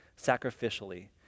sacrificially